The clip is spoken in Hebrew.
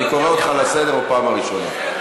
אני קורא אותך לסדר בפעם הראשונה.